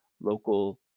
local